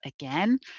again